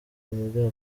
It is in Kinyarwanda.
muri